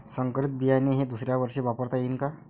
संकरीत बियाणे हे दुसऱ्यावर्षी वापरता येईन का?